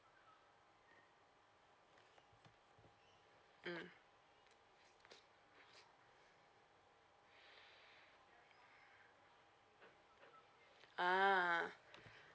mm ah